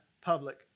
public